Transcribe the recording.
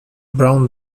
brown